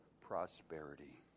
prosperity